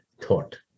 thought